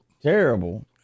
Terrible